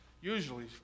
usually